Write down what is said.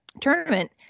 tournament